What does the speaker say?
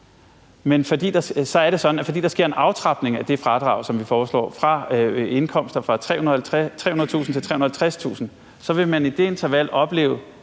at fordi der sker en aftrapning af det fradrag, som vi foreslår, fra indkomster fra 300.000 kr. til 350.000 kr., så vil man i det interval opleve